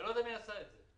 אני לא יודע מי עשה את זה.